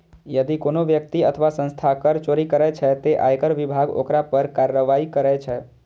यदि कोनो व्यक्ति अथवा संस्था कर चोरी करै छै, ते आयकर विभाग ओकरा पर कार्रवाई करै छै